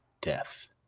death